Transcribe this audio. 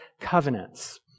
covenants